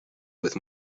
with